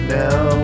now